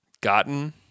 gotten